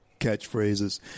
catchphrases